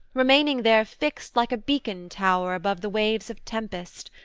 remaining there fixt like a beacon-tower above the waves of tempest,